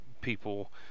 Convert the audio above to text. people